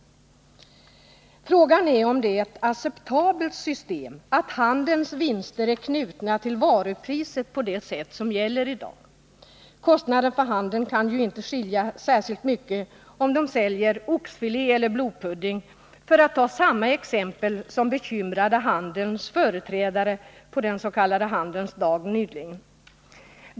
Frågan är om det är ett acceptabelt system att handelns vinster är knutna till varupriset på det sätt som gäller i dag. Kostnaden för handeln kan ju inte skilja särskilt mycket om de säljer oxfilé eller blodpudding, för att ta samma exempel som bekymrade handelns företrädare på den s.k. handelns dag nyligen.